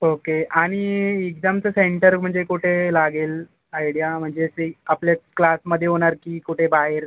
okay आणि एक्जामचं centre म्हणजे कुठे लागेल आयडिया म्हणजे ते आपल्या क्लासमध्ये होणार की कुठे बाहेर